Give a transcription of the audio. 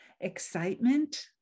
excitement